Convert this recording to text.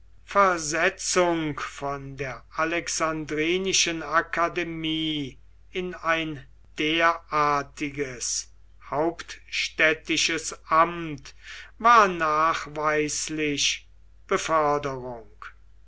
versetzung von der alexandrinischen akademie in ein derartiges hauptstädtisches amt war nachweislich beförderung